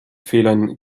fehlern